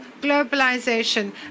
globalization